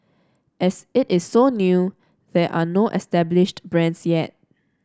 as it is so new there are no established brands yet